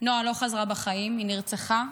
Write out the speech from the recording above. נועה לא חזרה בחיים, היא נרצחה.